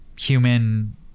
human